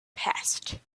passed